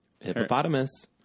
hippopotamus